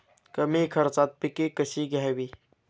कमी खर्चात पिके कशी घ्यावी?